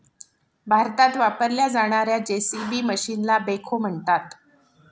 भारतात वापरल्या जाणार्या जे.सी.बी मशीनला बेखो म्हणतात